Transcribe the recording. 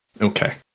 Okay